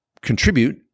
contribute